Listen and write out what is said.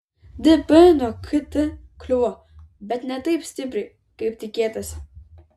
dp nuo kt kliuvo bet ne taip stipriai kaip tikėtasi